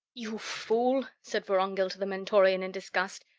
you fool said vorongil to the mentorian, in disgust,